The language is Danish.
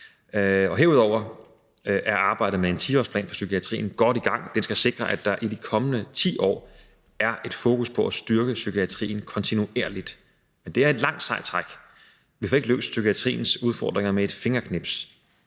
Herudover er arbejdet med en 10-årsplan for psykiatrien godt i gang. Den skal sikre, at der i de kommende 10 år er et fokus på at styrke psykiatrien kontinuerligt. Det er et langt, sejt træk. Vi får ikke løst psykiatriens udfordringer med et fingerknips,